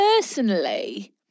personally